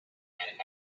and